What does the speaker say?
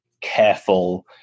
careful